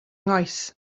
nghoes